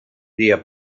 dia